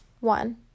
One